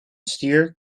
stier